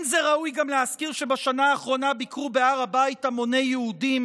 לא ראוי להזכיר גם שבשנה האחרונה ביקרו בהר הבית המוני יהודים